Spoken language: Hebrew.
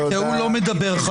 כי הוא לא מדבר.